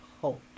hope